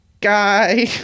guy